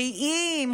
בריאים,